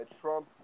Trump